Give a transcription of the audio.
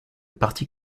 parti